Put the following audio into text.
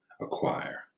acquire